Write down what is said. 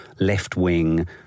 left-wing